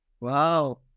Wow